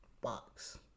box